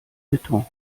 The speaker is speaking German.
beton